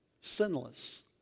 sinless